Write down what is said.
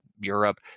Europe